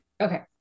Okay